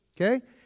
okay